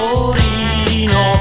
Torino